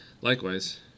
likewise